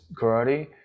karate